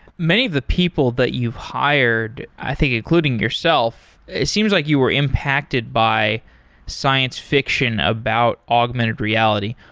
many of the people that you've hired, i think, including yourself, it seems like you were impacted by science fiction about augmented reality.